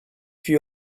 few